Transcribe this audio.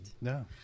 No